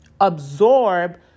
absorb